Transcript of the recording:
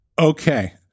Okay